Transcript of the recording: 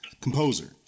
composer